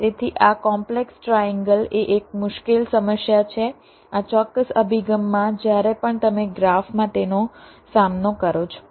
તેથી આ complex triangle એ એક મુશ્કેલ સમસ્યા છે આ ચોક્કસ અભિગમમાં જ્યારે પણ તમે ગ્રાફમાં તેનો સામનો કરો છો